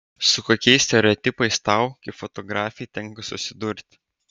su kokiais stereotipais tau kaip fotografei tenka susidurti